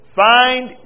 find